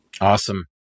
Awesome